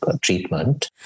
treatment